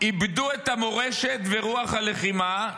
"איבדו את המורשת ורוח הלחימה",